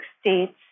states